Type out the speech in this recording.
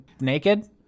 naked